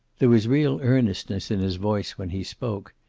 there was real earnestness in his voice when he spoke.